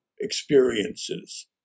experiences